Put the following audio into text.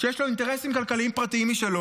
שיש לו אינטרסים כלכליים פרטיים משלו,